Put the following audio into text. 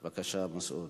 בבקשה, מסעוד.